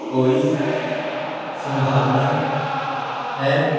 ਕੋਈ ਸੰਭਾਵਨਾ ਹੈ